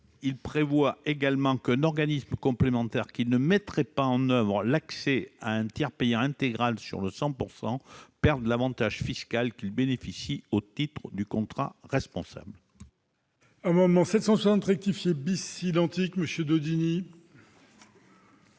prévoyons également qu'un organisme complémentaire qui ne mettrait pas en oeuvre l'accès à un tiers payant intégral sur le forfait perde l'avantage fiscal dont il bénéficie au titre du contrat responsable.